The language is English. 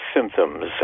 symptoms